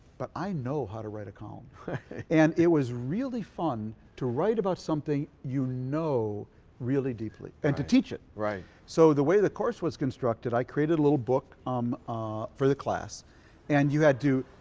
but i know how to write a column and it was really fun to write about something you know really deeply and to teach it. so the way the course was constructed i created a little book um ah for the class and you had to.